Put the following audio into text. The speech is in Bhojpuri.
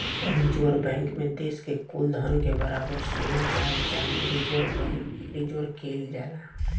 रिजर्व बैंक मे देश के कुल धन के बराबर सोना चाहे चाँदी रिजर्व केइल जाला